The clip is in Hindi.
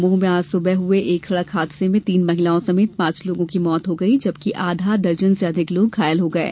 दमोह में आज सुबह हुए एक सड़क हादसे में तीन महिलाओं समेत पांच लोगों की मौत हो गई जबकि आधा दर्जन से अधिक लोग घायल हो गये